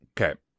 Okay